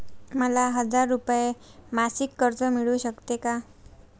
मला हजार रुपये मासिक कर्ज मिळू शकते का?